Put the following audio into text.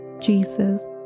Jesus